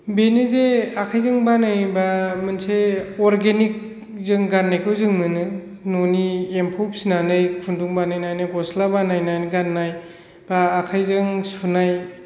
बेनि जे आखाइजों बानायोबा मोनसे अर्गेनिक जों गाननायखौ जों मोनो न'नि एमफौ फिसिनानै खुन्दुं बानायनानै गस्ला बानायनानै गाननाय एबा आखाइजों सुनाय